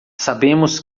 sabemos